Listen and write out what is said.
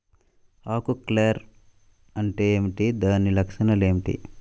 ఆకు కర్ల్ అంటే ఏమిటి? దాని లక్షణాలు ఏమిటి?